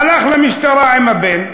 הלך למשטרה עם הבן.